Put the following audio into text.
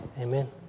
Amen